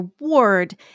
reward